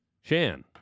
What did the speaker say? Shan